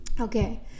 okay